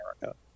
America